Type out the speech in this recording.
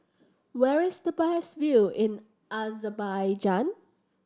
where is the best view in Azerbaijan